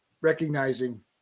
recognizing